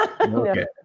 Okay